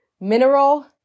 mineral